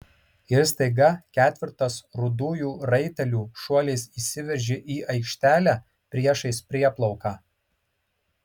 ir staiga ketvertas rudųjų raitelių šuoliais įsiveržė į aikštelę priešais prieplauką